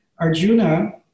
Arjuna